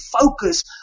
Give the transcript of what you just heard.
focus